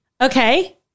Okay